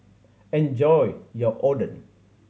enjoy your Oden